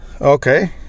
Okay